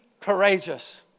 courageous